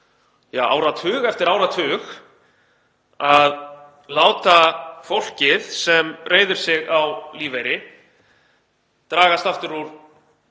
ár, áratug eftir áratug, að láta fólkið sem reiðir sig á lífeyri dragast aftur úr